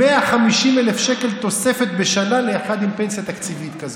150,000 שקל תוספת בשנה לאחד עם פנסיה תקציבית כזאת.